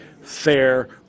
fair